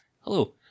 Hello